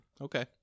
Okay